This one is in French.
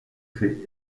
fait